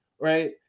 right